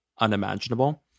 unimaginable